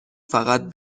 فقط